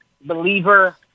Believer